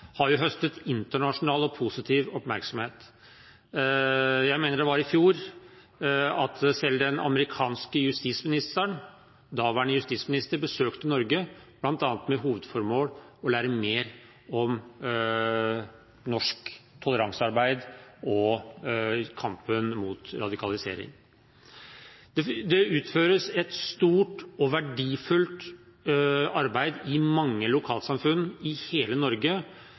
har høstet internasjonal og positiv oppmerksomhet. Jeg mener det var i fjor den daværende amerikanske justisministeren besøkte Norge bl.a. med hovedformål å lære mer om norsk toleransearbeid og om kampen mot radikalisering. Det utføres et stort og verdifullt arbeid i mange lokalsamfunn i hele Norge